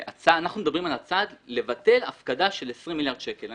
אנחנו מדברים על הצעד של לבטל הפקדה של 20 מיליארד שקל.